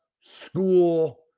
school